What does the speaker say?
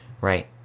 right